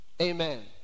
amen